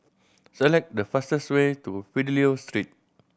select the fastest way to Fidelio Street